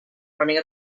running